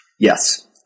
Yes